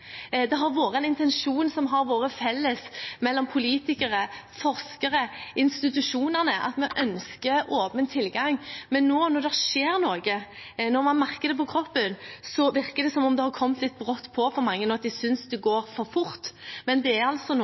Det har vært en felles intensjon mellom politikere, forskere og institusjonene om at vi ønsker åpen tilgang. Men nå, når det skjer det noe og man merker det på kroppen, virker det som om det har kommet litt brått på for mange, at de synes det går for fort, men dette er noe